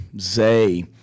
Zay